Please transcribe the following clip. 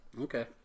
Okay